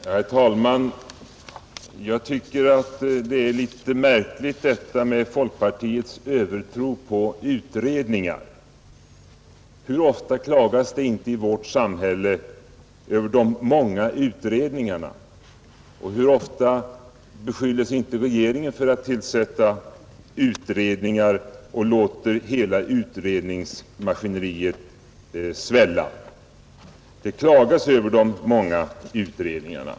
Herr talman! Jag tycker att det är litet märkligt med folkpartiets övertro på utredningar. Hur ofta klagas det inte i vårt samhälle över de många utredningarna och hur ofta beskylles inte regeringen för att bara tillsätta utredningar och låta utredningsmaskineriet svälla?